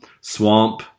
swamp